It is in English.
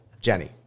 Jenny